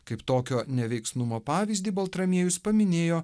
kaip tokio neveiksnumo pavyzdį baltramiejus paminėjo